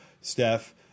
Steph